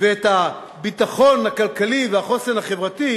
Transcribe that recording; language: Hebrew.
ואת הביטחון הכלכלי והחוסן החברתי,